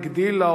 הגדילה,